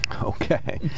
Okay